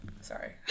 sorry